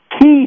key